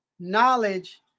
knowledge